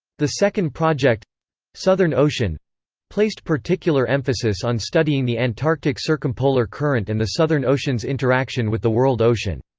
the second project southern ocean placed particular emphasis on studying the antarctic circumpolar current and the southern ocean's interaction with the world ocean.